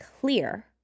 clear